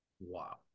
Wow